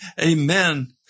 amen